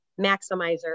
maximizer